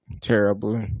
terrible